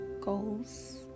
goals